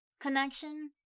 connection